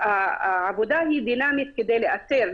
העבודה היא דינמית כדי לאתר,